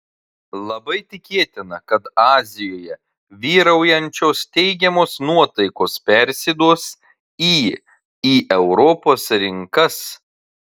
labai tikėtina kad azijoje vyraujančios teigiamos nuotaikos persiduos į į europos rinkas